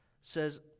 says